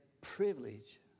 privilege